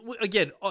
again